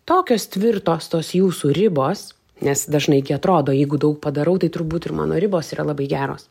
tokios tvirtos tos jūsų ribos nes dažnai atrodo jeigu daug padarau tai turbūt ir mano ribos yra labai geros